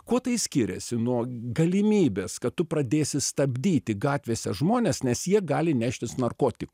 kuo tai skiriasi nuo galimybės kad tu pradėsi stabdyti gatvėse žmones nes jie gali neštis narkotikų